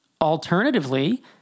Alternatively